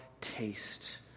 taste